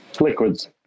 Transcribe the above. liquids